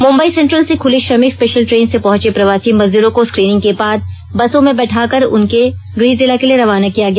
Mumbai central से खुली श्रमिक स्पेशल ट्रेन से पहंचे प्रवासी मजदूरो को स्क्रीनिंग के बाद बसों में बैठाकर उन्हें उनके गृह जिला के लिए रवाना किया गया